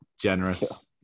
generous